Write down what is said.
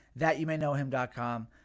thatyoumayknowhim.com